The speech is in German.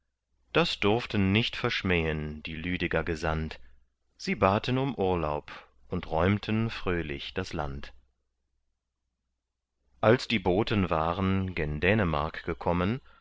das durften nicht verschmähen die lüdeger gesandt sie baten um urlaub und räumten fröhlich das land als die boten waren gen dänemark gekommen